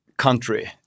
country